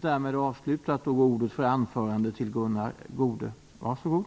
när budgetpropositionen har lagts fram.